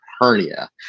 hernia